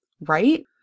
right